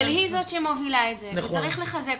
אבל היא זאת שמובילה את זה וצריך לחזק